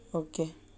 okay